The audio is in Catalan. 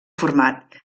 format